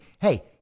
Hey